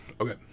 Okay